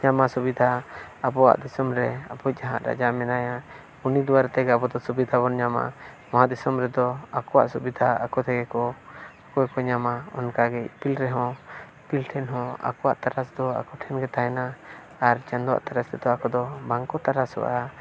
ᱧᱟᱢᱟ ᱥᱩᱵᱤᱫᱷᱟ ᱟᱵᱚᱣᱟᱜ ᱫᱤᱥᱚᱢ ᱨᱮ ᱟᱵᱚᱭᱤᱡᱽ ᱡᱟᱦᱟᱸᱭ ᱨᱟᱡᱟ ᱢᱮᱱᱟᱭᱟ ᱩᱱᱤ ᱫᱳᱣᱟᱨᱟ ᱛᱮᱜᱮ ᱟᱵᱚ ᱫᱚ ᱥᱩᱵᱤᱫᱷᱟ ᱵᱚᱱ ᱧᱟᱢᱟ ᱢᱚᱦᱟ ᱫᱤᱥᱚᱢ ᱨᱮᱫᱚ ᱟᱠᱚᱣᱟᱜ ᱥᱩᱵᱤᱫᱷᱟ ᱟᱠᱚ ᱛᱮᱜᱮ ᱠᱚ ᱯᱩᱨᱟᱹ ᱠᱚ ᱧᱟᱢᱟ ᱚᱱᱠᱟᱜᱮ ᱤᱯᱤᱞ ᱨᱮᱦᱚᱸ ᱤᱯᱤᱞ ᱴᱷᱮᱱ ᱦᱚᱸ ᱟᱠᱚᱣᱟᱜ ᱛᱟᱨᱟᱥ ᱫᱚ ᱟᱠᱚ ᱴᱷᱮᱱ ᱜᱮ ᱛᱟᱦᱮᱱᱟ ᱟᱨ ᱪᱟᱸᱫᱳᱣᱟᱜ ᱛᱟᱨᱟᱥ ᱫᱚ ᱟᱠᱚ ᱫᱚ ᱵᱟᱝᱠᱚ ᱛᱟᱨᱟᱥᱚᱜᱼᱟ